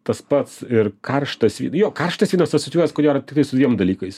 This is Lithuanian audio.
tas pats ir karštas jo karštas vynas asocijuojas ko gero tiktai su dviem dalykais